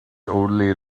only